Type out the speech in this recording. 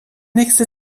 nächste